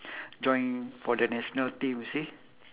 join for the national team you see